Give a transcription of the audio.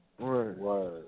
Right